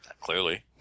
Clearly